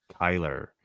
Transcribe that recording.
Kyler